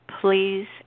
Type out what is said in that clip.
please